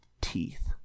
teeth